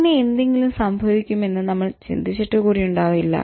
അങ്ങനെ എന്തെങ്കിലും സംഭവിക്കുമെന്ന് നമ്മൾ ചിന്തിച്ചിട്ട് കൂടി ഉണ്ടാവില്ല